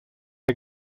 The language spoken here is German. der